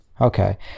Okay